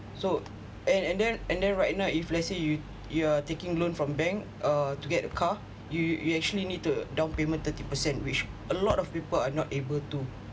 so and and then and then right now if let's say you you are taking loan from bank uh to get a car you you actually need to down payment thirty percent which a lot of people are not able to